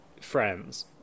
friends